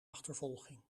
achtervolging